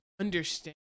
understand